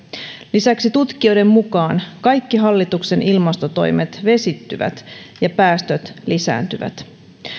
lisäksi tutkijoiden mukaan kaikki hallituksen ilmastotoimet vesittyvät ja päästöt lisääntyvät